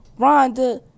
Rhonda